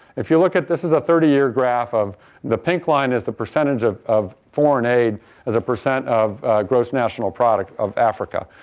if you look at this is a thirty year graph of the pink line is the percentage of of foreign aid as a percent of gross national product of africa.